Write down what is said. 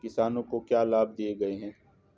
किसानों को क्या लाभ दिए गए हैं?